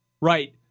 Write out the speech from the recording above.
right